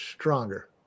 Stronger